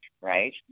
right